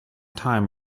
time